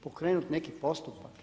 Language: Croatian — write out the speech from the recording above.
Pokrenut neki postupak?